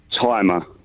Timer